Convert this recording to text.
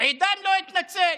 עידן לא התנצל.